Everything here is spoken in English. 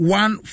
one